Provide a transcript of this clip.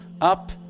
up